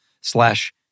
slash